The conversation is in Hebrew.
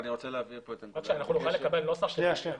נוכל לקבל נוסח?